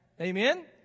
Amen